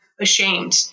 ashamed